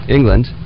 England